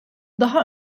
daha